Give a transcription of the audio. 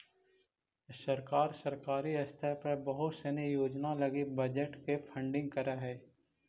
सरकार सरकारी स्तर पर बहुत सनी योजना लगी बजट से फंडिंग करऽ हई